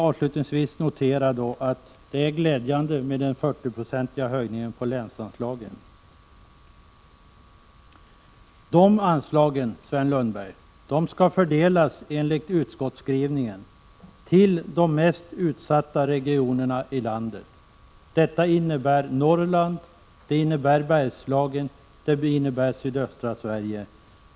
Avslutningsvis vill jag notera att den 40-procentiga höjningen av länsanslagen är glädjande. De anslagen skall, Sven Lundberg, enligt utskottsskrivningen fördelas till de mest utsatta regionerna i landet. Det innebär Norrland, Bergslagen och sydöstra Sverige.